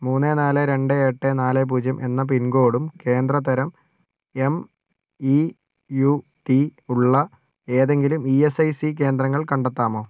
മൂന്ന് നാല് രണ്ട് എട്ട് നാല് പൂജ്യം എന്ന പിൻ കോഡും കേന്ദ്രതരം എം ഇ യു ഡി ഉള്ള ഏതെങ്കിലും ഇ എസ് ഐ സി കേന്ദ്രങ്ങൾ കണ്ടെത്താമോ